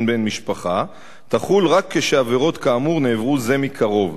בן משפחה תחול רק כשעבירות כאמור נעברו זה מקרוב.